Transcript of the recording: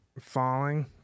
falling